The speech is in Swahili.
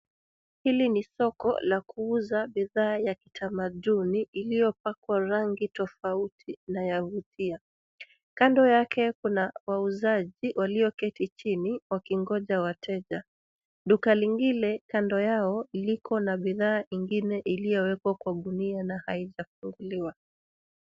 Hili ni soko la kuuza bidhaa ya kitamaduni iliyopakwa rangi tofauti na yavutia. Kando yake kuna wauzaji walioketi chini wakingoja wateja. Duka lingine kando yao liko na bidhaa ingine iliyowekwa kwa gunia na haijafunguliwa.